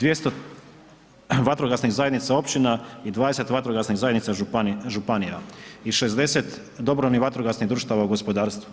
200 vatrogasnih zajednica općina i 20 vatrogasnih zajednica županija i 60 dobrovoljnih vatrogasnih društava u gospodarstvu.